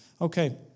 Okay